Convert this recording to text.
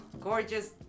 gorgeous